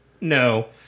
No